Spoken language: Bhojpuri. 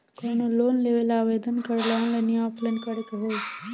कवनो लोन लेवेंला आवेदन करेला आनलाइन या ऑफलाइन करे के होई?